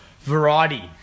variety